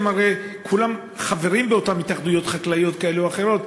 והרי הם כולם חברים באותן התאחדויות חקלאיות כאלה או אחרות,